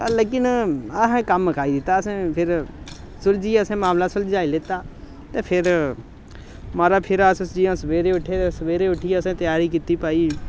लेकिन असें कम्म मकाई दित्ता असें फिर सुलझियै असें मामला सुलझाई लैता ते फिर महाराज फिर अस जि'यां सवेरैउट्ठे ते सवेरै उट्ठियै ते असें त्यारी कीती भाई